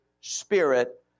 Spirit